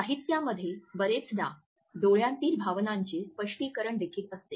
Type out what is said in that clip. साहित्यामध्ये बरेचदा डोळ्यांतील भावनांचे स्पष्टीकरण देखील असते